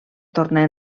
tornar